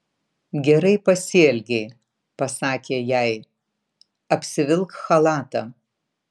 gerai pasielgei pasakė jai apsivilk chalatą